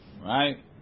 Right